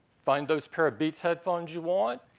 find those pair of beats headphones you want,